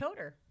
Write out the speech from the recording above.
Coder